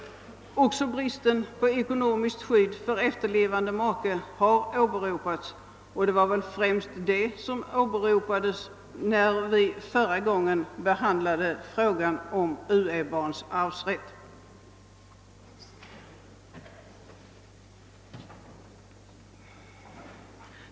Också bristen på ekonomiskt skydd för efterlevande make har åberopats, och det var väl främst det som åberopades när vi förra gången behandlade frågan om uä-barns arvsrätt.